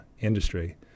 industry